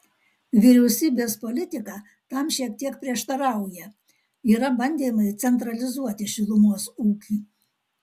vyriausybės politika tam šiek tiek prieštarauja yra bandymai centralizuoti šilumos ūkį